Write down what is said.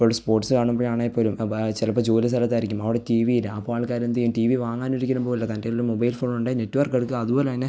ഒരു സ്പോർട്സ് കാണുമ്പോഴാണെങ്കിൽപ്പോലും അപ്പോൾ ചിലപ്പോൾ ജോലി സ്ഥലത്തായിരിക്കും അവിടെ ടി വി ഇല്ല അപ്പോൾ ആൾക്കാർ എന്ത് ചെയ്യും ടി വി വാങ്ങാനൊരിക്കലും പോവില്ല തന്റെ കയ്യിലൊരു മൊബൈൽ ഫോണുണ്ടേൽ നെറ്റ്വർക്കെടുക്കുക അതുപോലെത്തന്നെ